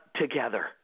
together